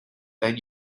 then